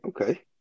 okay